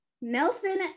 nelson